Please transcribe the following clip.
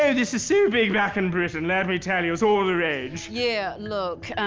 ah this is so big back in britain, let me tell you. it's all the rage. yeah look,